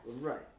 Right